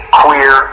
queer